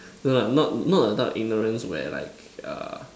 no no no not that type of ignorance where like uh